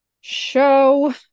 show